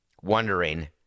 wondering